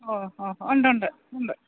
ഓ ഹോ ഹോ ഉണ്ടുണ്ട് ഉണ്ട്